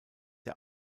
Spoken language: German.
der